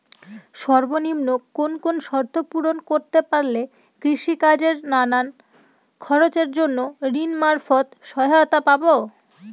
সর্বনিম্ন কোন কোন শর্ত পূরণ করতে পারলে কৃষিকাজের নানান খরচের জন্য ঋণ মারফত সহায়তা পাব?